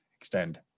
extend